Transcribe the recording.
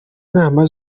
inama